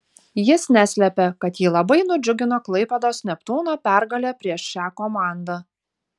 jis neslėpė kad jį labai nudžiugino klaipėdos neptūno pergalė prieš šią komandą